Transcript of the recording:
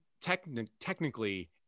technically